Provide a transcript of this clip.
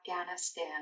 Afghanistan